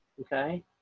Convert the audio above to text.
Okay